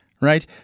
right